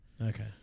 okay